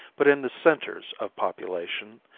but in the centers of population,